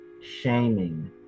shaming